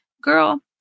Girl